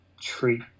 treat